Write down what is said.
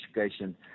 education